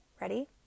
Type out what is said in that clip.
Ready